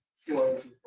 sure